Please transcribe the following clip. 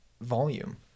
volume